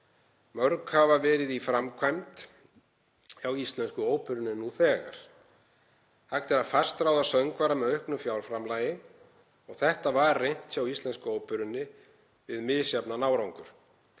Mörg hafa verið í framkvæmd hjá Íslensku óperunni nú þegar. Hægt er að fastráða söngvara með auknu fjárframlagi og þetta var reynt hjá Íslensku óperunni við misjafnan árangur.